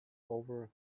over